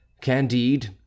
Candide